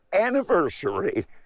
anniversary